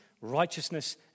righteousness